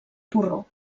porró